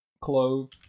Clove